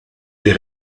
des